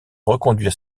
reconduire